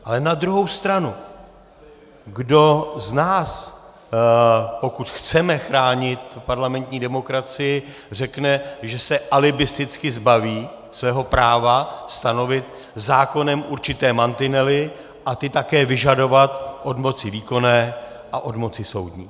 Ale na druhou stranu, kdo z nás, pokud chceme chránit parlamentní demokracii, řekne, že se alibisticky zbaví svého práva stanovit zákonem určité mantinely a ty také vyžadovat od moci výkonné a od moci soudní.